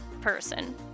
person